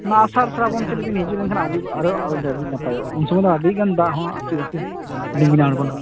ᱚᱱᱟ ᱟᱥᱟᱲ ᱥᱚᱨᱟᱵᱚᱱ ᱥᱮᱱ ᱵᱮᱱ ᱦᱤᱡᱩᱜ ᱞᱮᱱ ᱠᱷᱟᱱᱫᱚ ᱟᱨᱚ ᱟᱹᱰᱤ ᱱᱟᱯᱟᱭᱚᱜᱼᱟ ᱩᱱ ᱥᱚᱢᱚᱭ ᱫᱚ ᱟᱹᱰᱤ ᱜᱟᱱ ᱫᱟᱜ ᱦᱚᱸ ᱟᱹᱛᱩᱜ ᱟᱥᱮ ᱞᱤᱸᱜᱤᱱ ᱟᱲᱜᱚᱱᱟ